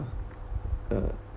uh